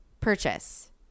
purchase